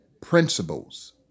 principles